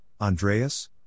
Andreas